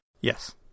yes